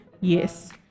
Yes